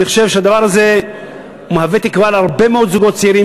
אני חושב שהדבר הזה מהווה תקווה להרבה מאוד זוגות צעירים,